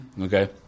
Okay